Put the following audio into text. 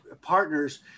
partners